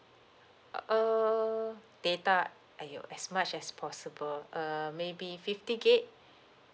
uh err data !aiyo! as much as possible err maybe fifty gigabyte